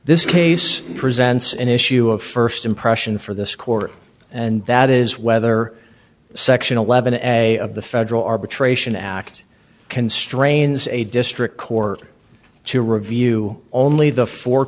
this case presents an issue of first impression for this court and that is whether section eleven as a of the federal arbitration act constrains a district court to review only the four